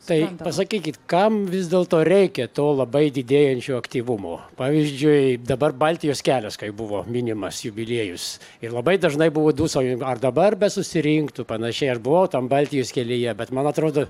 tai pasakykit kam vis dėlto reikia to labai didėjančio aktyvumo pavyzdžiui dabar baltijos kelias kai buvo minimas jubiliejus ir labai dažnai buvo dūsauju ar dabar besusirinktų panašiai aš buvau tam baltijos kelyje bet man atrodo